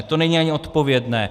To není ani odpovědné.